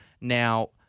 Now